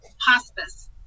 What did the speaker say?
hospice